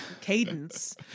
cadence